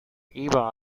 iba